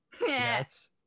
Yes